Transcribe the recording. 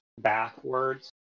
backwards